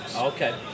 Okay